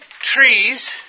trees